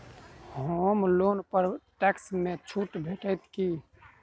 होम loan पर tax मे छुट भेटत की